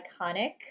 iconic